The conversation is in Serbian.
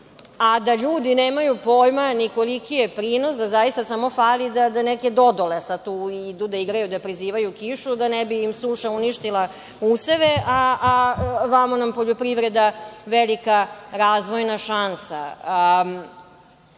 a da ljudi nemaju pojma koliki je prinos, da zaista samo fali da neke dodele sada tu idu, da igraju, da prizivaju kišu, da im ne bi suša uništila useve, a ovamo nam poljoprivreda velika razvojna šansa. Da